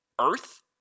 earth